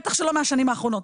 בטח שלא מהשנים האחרונות.